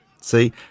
See